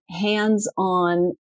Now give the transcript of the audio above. hands-on